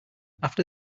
after